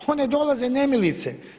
One dolaze nemilice.